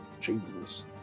Jesus